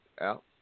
out